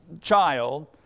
child